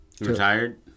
retired